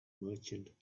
merchant